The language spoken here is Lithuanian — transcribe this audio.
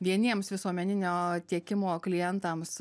vieniems visuomeninio tiekimo klientams